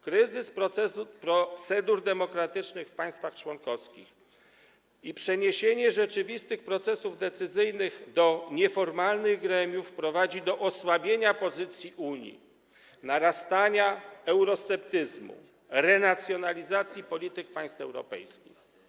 Kryzys procedur demokratycznych w państwach członkowskich i przeniesienie rzeczywistych procesów decyzyjnych do nieformalnych gremiów prowadzą do osłabienia pozycji Unii, narastania eurosceptycyzmu, renacjonalizacji polityk państw europejskich.